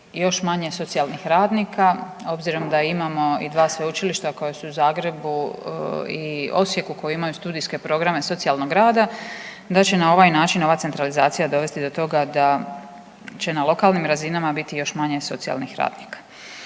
još manje socijalnih radnika obzirom da imamo i dva sveučilišta koja su u Zagrebu i Osijeku, koji imaju studijske programe socijalnog rada, da će na ovaj način ova centralizacija dovesti do toga da će na lokalnim razinama biti još manje socijalnih radnika.